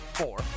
four